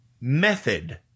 method